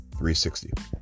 360